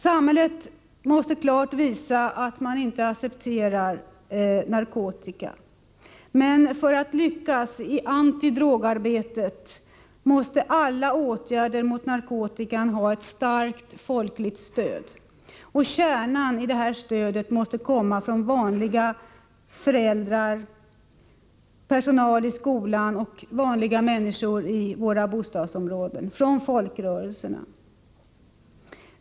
Samhället måste klart visa att narkotika inte accepteras, men för att antidrogarbetet skall lyckas måste alla åtgärder mot narkotikan ha ett starkt folkligt stöd. Kärnan i detta stöd måste komma från vanliga människor i bostadsområdena, från föräldrar, från personal i skolan och från folkrörelserna.